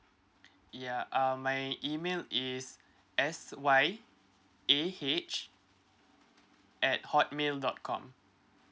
yeah um my email is S Y A H at hotmail dot com